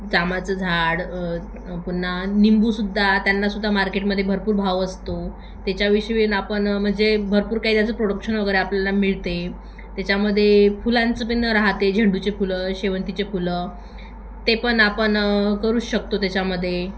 जामाचं झाड पुन्हा लिंबूसुद्धा त्यांनासुद्धा मार्केटमध्ये भरपूर भाव असतो त्याच्याविषयी आपण म्हणजे भरपूर काही त्याचं प्रोडक्शन वगैरे आपल्याला मिळते त्याच्यामध्ये फुलांचं पण राहते झेंडूचे फुलं शेवंतीचे फुलं ते पण आपण करू शकतो त्याच्यामध्ये